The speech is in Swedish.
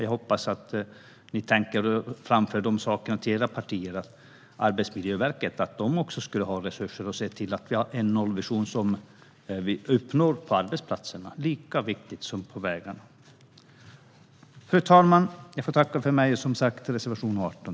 Jag hoppas att ni tänker framföra till era partier att även Arbetsmiljöverket skulle ha resurser att se till att vi uppnår en nollvision på arbetsplatserna. Det är lika viktigt som på vägarna. Fru talman! Jag yrkar som sagt var bifall till reservation 18.